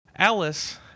Alice